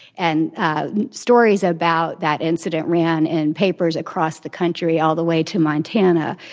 and stories about that incident ran in papers across the country, all the way to montana,